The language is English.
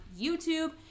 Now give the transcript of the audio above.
youtube